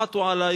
עטו עלי,